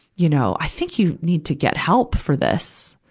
you know, i think you need to get help for this.